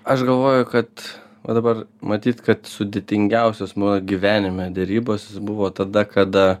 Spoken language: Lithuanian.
aš galvoju kad va dabar matyt kad sudėtingiausios mano gyvenime derybos buvo tada kada